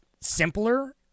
simpler